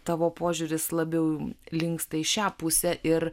tavo požiūris labiau linksta į šią pusę ir